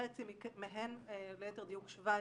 חצי מהן, ליתר דיוק 17 נשים,